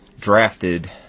drafted